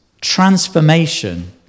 transformation